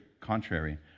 contrary